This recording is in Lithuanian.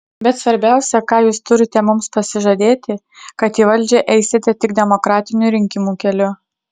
bet svarbiausia ką jūs turite mums pasižadėti kad į valdžią eisite tik demokratinių rinkimų keliu